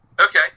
Okay